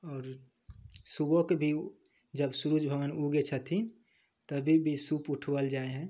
आओर सुबहके भी जब सुरुज भगवान उगै छथिन तभी भी सूप उठावल जाइ हइ